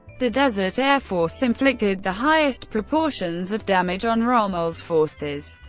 the desert air force inflicted the highest proportions of damage on rommel's forces.